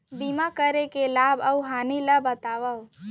बीमा करे के लाभ अऊ हानि ला बतावव